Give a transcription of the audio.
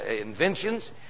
inventions